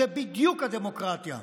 זו בדיוק הדמוקרטיה.